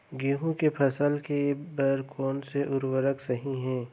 गेहूँ के फसल के बर कोन से उर्वरक सही है?